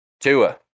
Tua